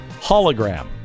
hologram